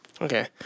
Okay